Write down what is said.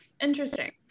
Interesting